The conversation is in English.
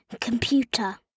Computer